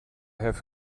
have